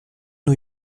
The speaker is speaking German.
new